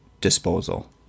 disposal